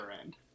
end